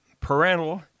parental